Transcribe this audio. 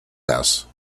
house